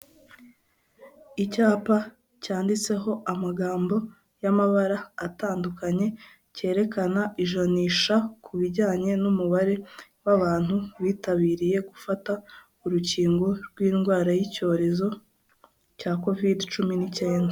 Icyapa cyanditseho amagambo y'amabara atandukanye cyerekana ijanisha ku bijyanye n'umubare w'abantu bitabiriye gufata urukingo rw'indwara y'icyorezo cya covidi cumi n'icyenda.